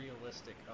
realistic